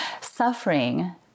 Suffering